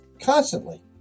constantly